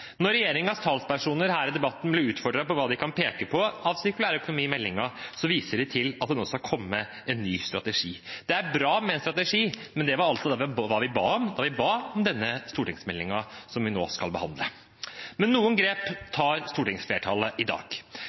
Når regjeringens talspersoner her i debatten blir utfordret på hva de kan peke på av sirkulær økonomi i meldingen, viser de til at det skal komme en ny strategi. Det er bra med en strategi, men det var altså hva vi ba om da vi ba om denne stortingsmeldingen, som vi nå behandler. Men noen grep tar stortingsflertallet i dag.